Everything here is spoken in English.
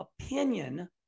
opinion